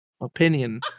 Opinion